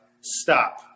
stop